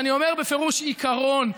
אני אומר בפירוש: עיקרון,